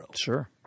Sure